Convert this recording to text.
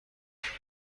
ادعای